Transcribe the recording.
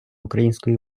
української